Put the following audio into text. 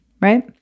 right